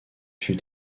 fut